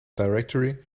directory